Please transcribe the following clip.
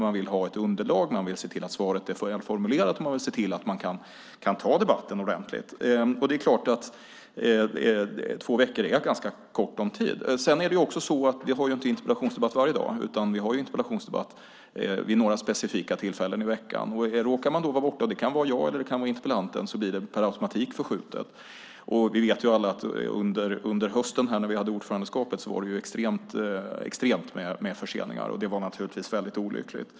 Man vill ha ett underlag, man vill se till att svaret är välformulerat och man vill se till att man kan ta debatten ordentligt. Det är klart att två veckor är ganska kort om tid. För det andra har vi inte interpellationsdebatter varje dag, utan vid några specifika tillfällen i veckan. Om man då råkar vara borta - det kan vara jag eller det kan vara interpellanten - blir det per automatik förskjutet. Vi vet alla att under hösten när vi hade ordförandeskapet var det extremt med förseningar. Det var naturligtvis olyckligt.